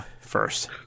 First